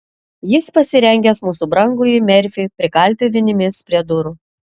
jis pasirengęs mūsų brangųjį merfį prikalti vinimis prie durų